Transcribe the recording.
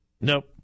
Nope